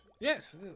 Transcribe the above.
Yes